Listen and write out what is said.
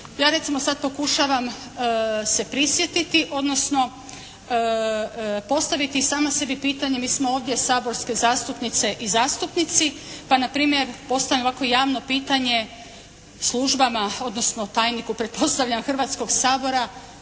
Ja recimo pokušavam se prisjetiti, odnosno postaviti sama sebi pitanje. Mi smo ovdje saborske zastupnice i zastupnici pa na primjer postavljam ovako javno pitanje službama, odnosno tajniku pretpostavljam Hrvatskog sabora